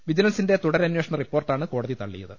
വിജി ലൻസിന്റെ തുടരന്വേഷണ റിപ്പോർട്ടാണ് കോടതി തള്ളിയത്